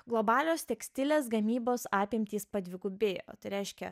globalios tekstilės gamybos apimtys padvigubėjo o tai reiškia